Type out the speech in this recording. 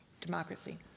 democracy